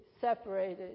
separated